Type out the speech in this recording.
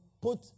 put